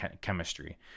chemistry